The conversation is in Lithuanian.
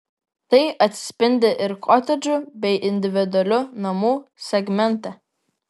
tai atsispindi ir kotedžų bei individualių namų segmente